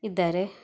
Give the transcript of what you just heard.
ಇದ್ದಾರೆ